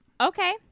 Okay